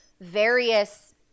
various